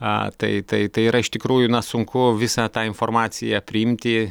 a tai tai tai yra iš tikrųjų na sunku visą tą informaciją priimti